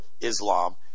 Islam